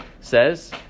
says